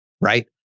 right